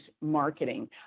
marketing